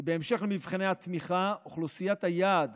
כי בהמשך למבחני התמיכה אוכלוסיית היעד